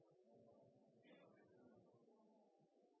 må